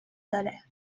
داره